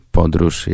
podróż